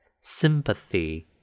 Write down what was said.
Sympathy